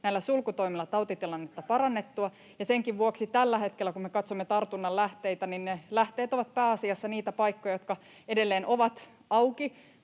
näillä sulkutoimilla tautitilannetta parannettua. Senkin vuoksi tällä hetkellä, kun me katsomme tartunnan lähteitä, ne lähteet ovat pääasiassa niitä paikkoja, jotka edelleen ovat auki.